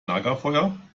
lagerfeuer